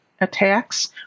Attacks